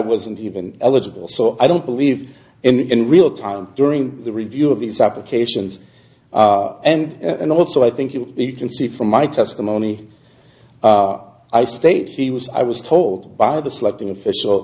wasn't even eligible so i don't believe in real time during the review of these applications and and also i think you can see from my testimony i stated he was i was told by the selecting official